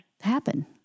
happen